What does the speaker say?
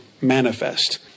manifest